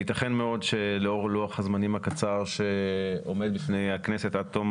ייתכן מאוד שלאור לוח הזמנים הקצר שעומד בפני הכנסת עד תום